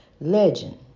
legend